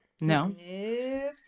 No